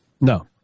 No